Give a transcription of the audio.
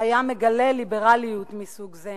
היה מגלה ליברליות מסוג זה.